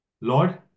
Lord